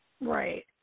Right